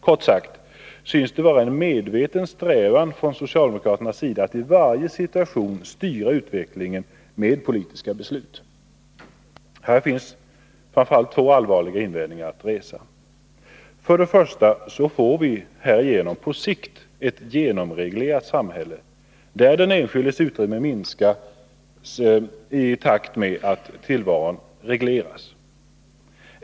Kort sagt synes det vara en medveten strävan från socialdemokraternas sida att i varje situation styra utvecklingen med politiska beslut. Här finns framför allt två allvarliga invändningar att resa. För det första får vi härigenom på sikt ett genomreglerat samhälle, där den enskildes utrymme minskas i takt med att tillvaron regleras.